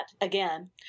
again